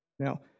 Now